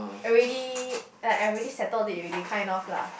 already like I have already settled it already kind of lah